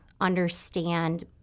understand